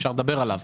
אפשר לדבר עליו.